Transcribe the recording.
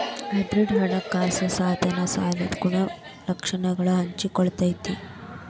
hybrid ಹಣಕಾಸ ಸಾಧನ ಸಾಲದ ಗುಣಲಕ್ಷಣಗಳನ್ನ ಹಂಚಿಕೊಳ್ಳತೈತಿ